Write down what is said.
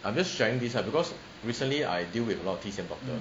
I'm just sharing this lah because recently I deal with a lot of T_C_M doctor